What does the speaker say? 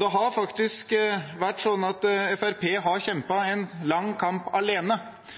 Det har faktisk vært sånn at Fremskrittspartiet har kjempet en lang kamp alene,